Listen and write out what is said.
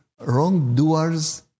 wrongdoers